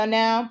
now